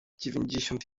dziewięćdziesiąt